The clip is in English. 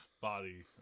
Body